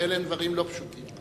ואלה דברים לא פשוטים.